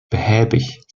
behäbig